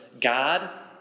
God